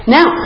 Now